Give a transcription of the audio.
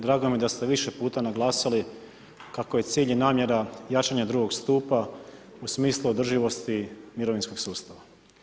Drago mi je da ste više puta naglasili kako je cilj i namjera jačanja drugog stupa u smislu održivosti mirovinskog sustava.